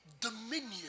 dominion